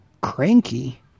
cranky